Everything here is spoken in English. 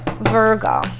Virgo